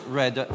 red